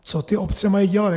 Co ty obce mají dělat?